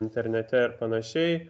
internete ir panašiai